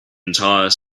entire